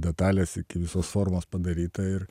detalės iki visos formos padaryta ir